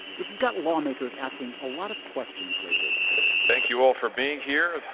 which has got lawmakers asking a lot of questions lately thank you all for being here.